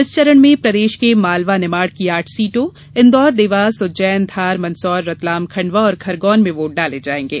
इस चरण में प्रदेश के मालवा निमाड़ की आठ सीटों इंदौर देवास उज्जैन धार मंदसौर रतलाम खंडवा और खरगौन में वोट डाले जाएंगे